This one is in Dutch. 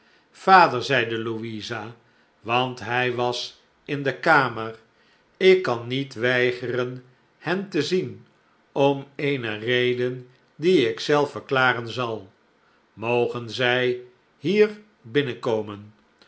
vader zeide louisa want hij was in de kamer ik kan niet weigeren hen te zien om eene reden die ik zelf verklaren zal mogen zij hier binnenkomen